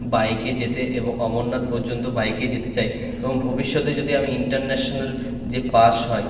বাইকে যেতে এবং অমরনাথ পর্যন্ত বাইকে যেতে চাই এবং ভবিষ্যতে যদি আমি ইন্টারন্যাশনাল যে পাশ হয়